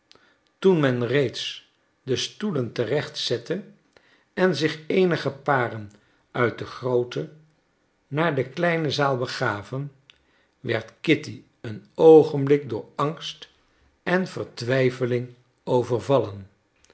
toen men reeds de stoelen terecht zette en zich eenige paren uit de groote naar de kleine zaal begaven werd kitty een oogenblik door angst en vertwijfeling overvallen